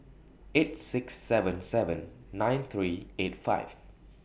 eight six seven seven nine three eight five